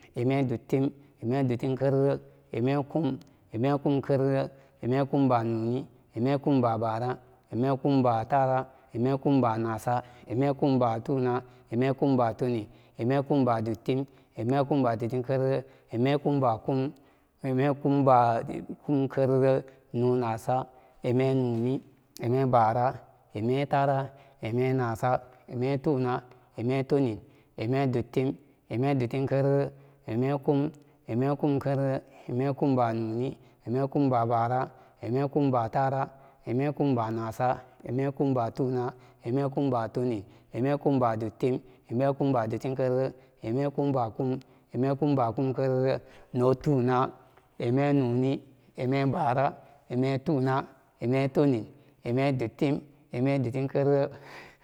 Ime duttim ime duttim kerere ime kum ime kum kerere ime kumba nóóni ime kumba báára ime kumba táára ime kumba náása ime kumba tóóna ime kumba kum ime kumba kumkerere nóó náása ime nóóni ime báára ime táára ime náása ime tóóna ime tunnin ime duttem ime duttim kerere ime kum ime kum kerere ime kumba nóóni ime kumba báára ime kumba táára ime kumba náása ime kumba tóóna ime kumba tunnin ime kumba duttin ime kumba duttin kerere ime kumba kum ime kumba kum kerere nóó tóóna ime nóóni ime báára ime táára ime náása ime tóóna ime tunnin ime duttim ime tuttin kerere